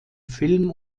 film